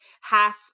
half